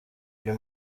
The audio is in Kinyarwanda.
uyu